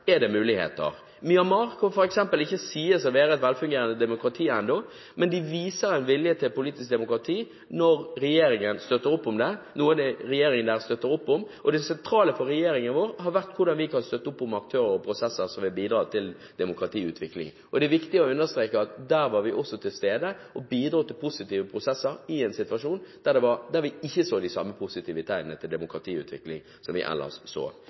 er det muligheter. Myanmar kan f.eks. ikke sies å være et velfungerende demokrati ennå, men de viser en vilje til politisk demokrati når det er noe regjeringen der støtter opp om, og det sentrale for regjeringen vår har vært hvordan vi kan støtte opp om aktører og prosesser som vil bidra til demokratiutvikling. Det er også viktig å understreke at der var vi også til stede og bidro til positive prosesser i en situasjon der vi ikke så de samme positive tegnene til demokratiutvikling som vi ellers så.